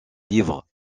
livres